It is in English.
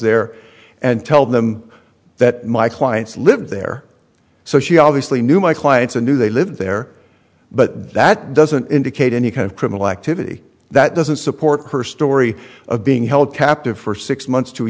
there and tell them that my client's lived there so she obviously knew my clients and do they live there but that doesn't indicate any kind of criminal activity that doesn't support her story of being held captive for six months to a